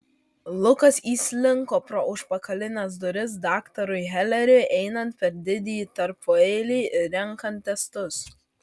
lukas įslinko pro užpakalines duris daktarui heleriui einant per didįjį tarpueilį ir renkant testus